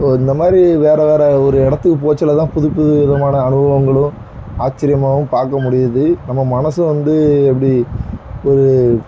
இந்தமாதிரி வேறவேற ஒரு இடத்துக்கு போகச்சொல்லதான் புதுப்புது விதமான அனுபவங்களும் ஆச்சர்யமாவும் பார்க்கமுடியுது நம்ம மனதும் வந்து எப்படி ஒரு